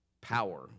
power